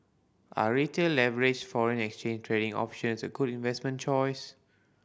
are Retail leveraged foreign exchange trading options a good investment choice